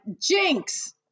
jinx